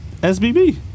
SBB